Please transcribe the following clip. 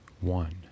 one